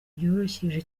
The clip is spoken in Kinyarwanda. byoroheje